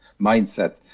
mindset